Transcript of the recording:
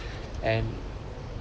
and